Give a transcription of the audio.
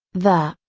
the,